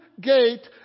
gate